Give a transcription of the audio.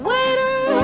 Waiter